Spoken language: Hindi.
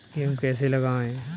गेहूँ कैसे लगाएँ?